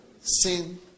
Sin